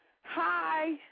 Hi